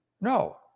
No